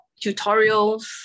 tutorials